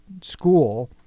school